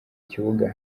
kibuga